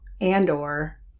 and/or